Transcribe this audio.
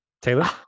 Taylor